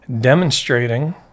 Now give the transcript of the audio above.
demonstrating